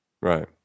right